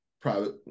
private